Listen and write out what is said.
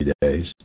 days